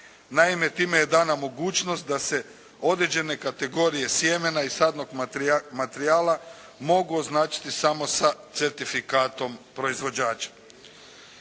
Naime, time je dana mogućnost da se određene kategorije sjemena i sadnog materijala mogu označiti samo sa certifikatom proizvođača.